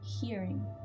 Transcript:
hearing